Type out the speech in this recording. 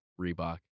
Reebok